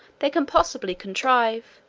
they can possibly contrive,